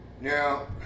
Now